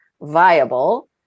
viable